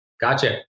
Gotcha